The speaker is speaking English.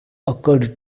occurred